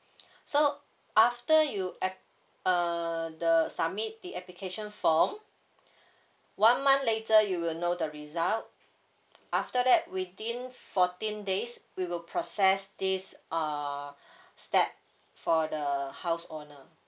so after you ap~ uh the submit the application form one month later you will know the result after that within fourteen days we will process this uh step for the house owner